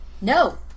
No